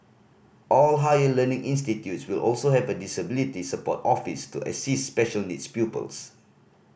all higher learning institutes will also have a disability support office to assist special needs pupils